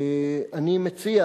אני מציע